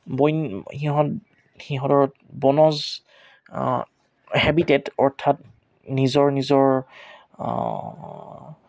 বইন সিহঁত সিহঁতৰ বনজ হেবিটেড অৰ্থাৎ নিজৰ নিজৰ